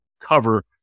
cover